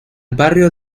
barrio